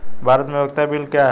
भारत में उपयोगिता बिल क्या हैं?